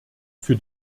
für